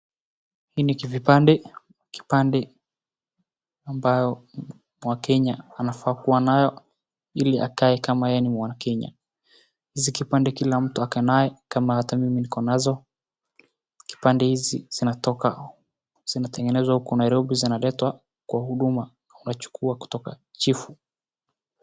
Hivi ni vipande, vipande ambavyo wakenya wanafaa kuwa nayo ili akae kama yeye ni mwanakenya. Hizi vipande kila mtu ako nayo kama hata mimi niko nayo, kipande hizi zinatoka, zinatengenezwa huko Nairobi zinaletwa kwa huduma unachukua kutoka kwa chifu.